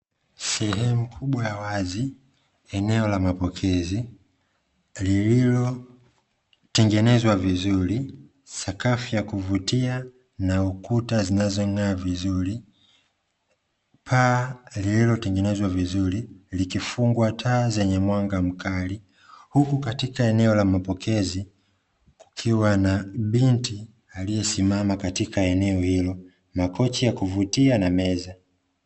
Sehemu kubwa ya wazi, eneo la mapokezi lililotekelezwa vizuri, sakafu ya kuvutia na kuta zinazong'aa vizuri, paa lililo tengenezwa vizuri, likifungwa taa zenye mwanga mkali, huku katika eneo la mapokezi kukiwa na binti aliyesimama katika eneo hilo, makochi ya kuvutia na meza.